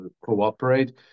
cooperate